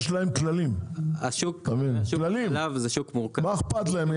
יש להם כללים --- מה אכפת להם,